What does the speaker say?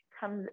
comes